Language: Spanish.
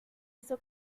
hizo